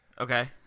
Okay